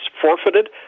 forfeited